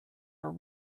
are